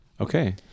Okay